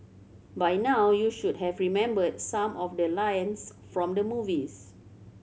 by now you should have remembered some of the lines from the movies